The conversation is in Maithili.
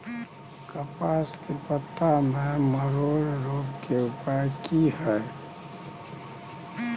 कपास के पत्ता में मरोड़ रोग के उपाय की हय?